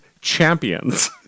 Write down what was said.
champions